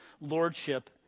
lordship